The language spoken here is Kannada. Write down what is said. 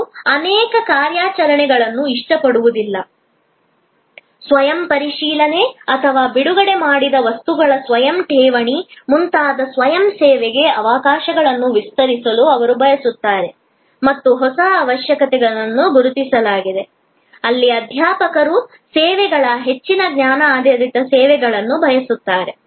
ಅವರು ಅನೇಕ ಕಾರ್ಯಾಚರಣೆಗಳನ್ನು ಇಷ್ಟಪಡುವುದಿಲ್ಲ ಸ್ವಯಂ ಪರಿಶೀಲನೆ ಅಥವಾ ಬಿಡುಗಡೆ ಮಾಡಿದ ಪುಸ್ತಕಗಳ ಸ್ವಯಂ ಠೇವಣಿ ಮುಂತಾದ ಸ್ವಯಂ ಸೇವೆಗೆ ಅವಕಾಶಗಳನ್ನು ವಿಸ್ತರಿಸಲು ಅವರು ಬಯಸುತ್ತಾರೆ ಮತ್ತು ಹೊಸ ಅವಶ್ಯಕತೆಗಳನ್ನು ಗುರುತಿಸಲಾಗಿದೆ ಅಲ್ಲಿ ಅಧ್ಯಾಪಕರು ಮತ್ತು ವಿದ್ಯಾರ್ಥಿಗಳು ಹೆಚ್ಚಿನ ಜ್ಞಾನ ಆಧಾರಿತ ಸೇವೆಗಳನ್ನು ಬಯಸುತ್ತಾರೆ